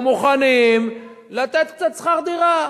אנחנו מוכנים לתת קצת שכר דירה,